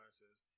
says